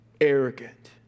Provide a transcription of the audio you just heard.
arrogant